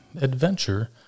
adventure